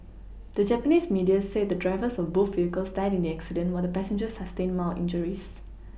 the Japanese media said the drivers of both vehicles died in the accident while the passengers sustained mild injuries